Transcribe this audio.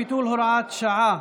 ביטול הוראת שעה),